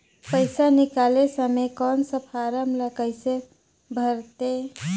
पइसा निकाले समय कौन सा फारम ला कइसे भरते?